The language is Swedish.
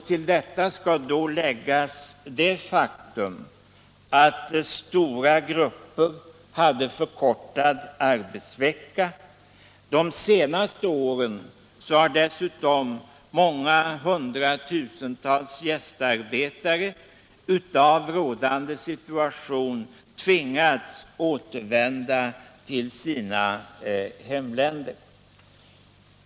Till detta skall läggas det faktum att stora grupper hade förkortad arbetsvecka. De senaste åren har dessutom många hundra tusen gästarbetare av situationen tvingats återvända till sina hemländer.